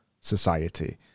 society